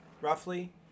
roughly